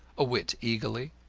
a whit eagerly.